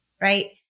right